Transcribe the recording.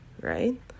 right